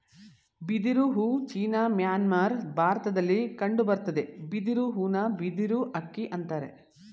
ಬಿದಿರು ಹೂ China Myanmar ಭಾರತದಲ್ಲಿ ಕಂಡುಬರ್ತದೆ ಬಿದಿರು ಹೂನ ಬಿದಿರು ಅಕ್ಕಿ ಅಂತರೆ